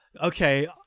okay